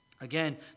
Again